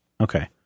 Okay